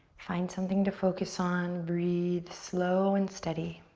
find something to focus on, breathe slow and steady.